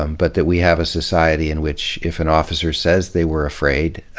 um but that we have a society in which if an officer says they were afraid,